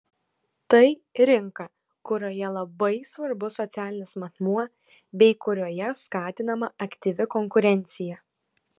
tai rinka kurioje labai svarbus socialinis matmuo bei kurioje skatinama aktyvi konkurencija